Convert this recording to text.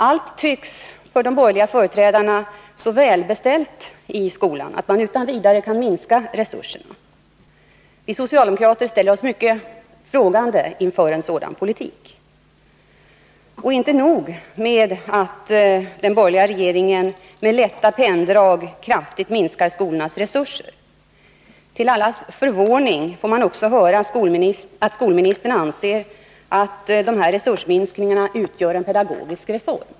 Allt tycks för de borgerliga företrädarna så välbeställt i skolan att man utan vidare kan minska resurserna. Vi socialdemokrater ställer oss mycket frågande inför en sådan politik. Och inte nog med att den borgerliga regeringen med lätta penndrag kraftigt minskar skolornas resurser. Till allas stora förvåning får man också höra att skolministern anser att dessa resursminskningar utgör en pedagogisk reform.